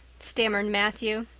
stammered matthew.